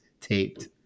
taped